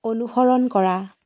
অনুসৰণ কৰা